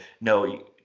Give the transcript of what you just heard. no